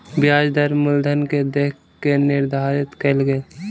ब्याज दर मूलधन के देख के निर्धारित कयल गेल